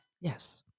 Yes